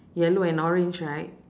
yellow and orange right